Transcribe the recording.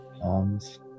palms